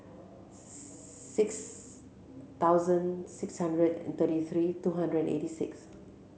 six thousand six hundred and thirty three two hundred and eighty six